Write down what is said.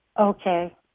Okay